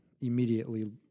immediately